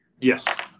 Yes